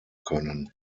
können